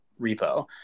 repo